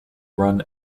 run